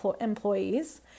employees